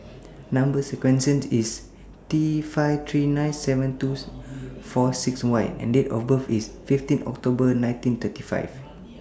Number sequence IS T five three nine seven two four six Y and Date of birth IS fifteen October nineteen thirty five